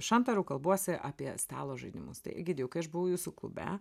šantaru kalbuosi apie stalo žaidimus tai egidijau kai aš buvau jūsų klube